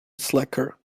slacker